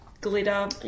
glitter